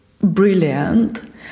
brilliant